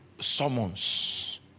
summons